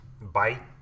bite